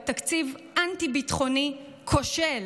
הוא תקציב אנטי-ביטחוני כושל.